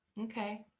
Okay